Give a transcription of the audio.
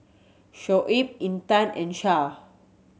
Shoaib Intan and